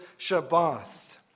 Shabbath